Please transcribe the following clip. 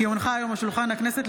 כי הונחה היום על שולחן הכנסת,